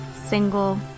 single